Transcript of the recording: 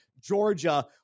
Georgia